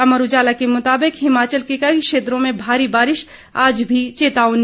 अमर उजाला के मुताबिक हिमाचल के कई क्षेत्रों में भारी बारिश आज भी चेतावनी